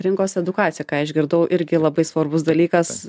rinkos edukacija ką išgirdau irgi labai svarbus dalykas